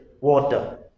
water